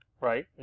right